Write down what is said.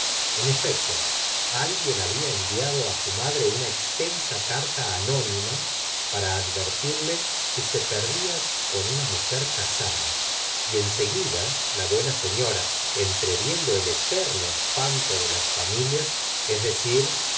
en efecto alguien había enviado á su madre una extensa carta anónima para advertirle que se p erdia c m una mujer casada y en seguida la buena señora entreviendo el eterno espanto de las familias es decir